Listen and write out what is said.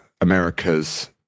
America's